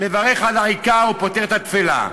"מברך על העיקר ופוטר את הטפלה".